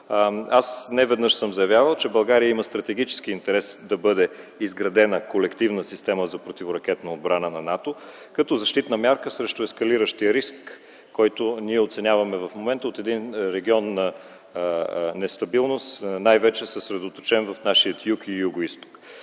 Аз неведнъж съм заявявал, че България има стратегически интерес да бъде изградена колективна система за противоракетна отбрана на НАТО, като защитна мярка срещу ескалиращия риск, който ние оценяваме в момента от един регион на нестабилност, най-вече съсредоточен в нашия юг и югоизток.